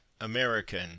American